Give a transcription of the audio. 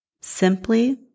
simply